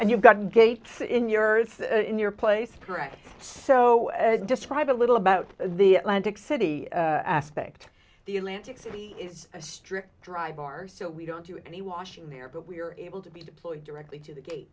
and you've got gates in your in your place correct so describe a little about the atlantic city aspect the atlantic city is a strict drive are so we don't do any washing there but we were able to be deployed directly to the gate